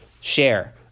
share